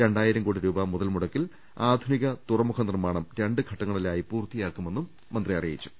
രണ്ടായിരം കോടി രൂപ് മുതൽമുടക്കിൽ ആധുനിക തുറമുഖ നിർമ്മാണം രണ്ടു ഘട്ടങ്ങളിലായി പൂർത്തിയാക്കുമെന്നും മന്ത്രി അറിയിച്ചു